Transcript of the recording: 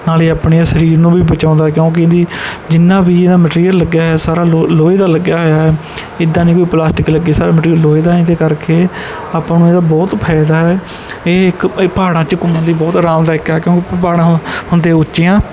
ਨਾਲੇ ਆਪਣੇ ਸਰੀਰ ਨੂੰ ਵੀ ਬਚਾਉਂਦਾ ਕਿਉਂਕਿ ਇਹਦੀ ਜਿੰਨਾ ਵੀ ਇਹਦਾ ਮਟੀਰੀਅਲ ਲੱਗਿਆ ਹੈ ਸਾਰਾ ਲੋ ਲੋਹੇ ਦਾ ਲੱਗਿਆ ਹੋਇਆ ਹੈ ਇੱਦਾਂ ਨਹੀਂ ਕੋਈ ਪਲਾਸਟਿਕ ਲੱਗੇ ਸਾਰਾ ਮਟੀਰੀਅਲ ਲੋਹੇ ਦਾ ਹੈ ਇਹਦੇ ਕਰਕੇ ਆਪਾਂ ਨੂੰ ਇਹਦਾ ਬਹੁਤ ਫ਼ਾਇਦਾ ਹੈ ਇਹ ਇੱਕ ਇਹ ਪਹਾੜਾਂ 'ਚ ਘੁੰਮਣ ਲਈ ਬਹੁਤ ਆਰਾਮਦਾਇਕ ਹੈ ਕਿਉਂਕਿ ਪਹਾੜਾਂ ਹੁੰਦੇ ਉੱਚੀ ਆ